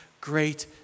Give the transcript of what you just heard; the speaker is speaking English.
great